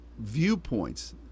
viewpoints